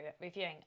reviewing